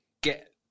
get